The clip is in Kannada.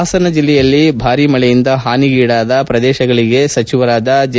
ಹಾಸನ ಜಿಲ್ಲೆಯಲ್ಲಿ ಭಾರಿ ಮಳೆಯಿಂದ ಹಾನಿಗೀಡಾದ ಪ್ರದೇಶಗಳಿಗೆ ಸಚಿವರಾದ ಜೆ